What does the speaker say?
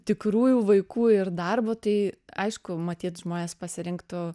tikrųjų vaikų ir darbo tai aišku matyt žmonės pasirinktų